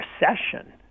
recession